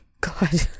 God